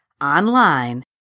online